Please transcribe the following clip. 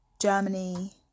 Germany